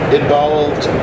involved